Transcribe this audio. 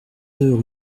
deux